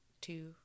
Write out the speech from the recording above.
two